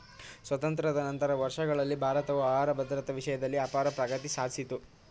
ಸ್ವಾತಂತ್ರ್ಯ ನಂತರದ ವರ್ಷಗಳಲ್ಲಿ ಭಾರತವು ಆಹಾರ ಭದ್ರತಾ ವಿಷಯ್ದಲ್ಲಿ ಅಪಾರ ಪ್ರಗತಿ ಸಾದ್ಸಿತು